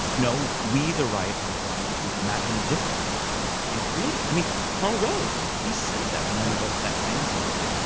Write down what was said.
no, we the right are going to imagine a different world and create it. i mean carl rove, he said that. remember? in that famous interview.